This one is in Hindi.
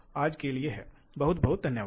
तो आज के लिए बस इतना ही बहुत बहुत धन्यवाद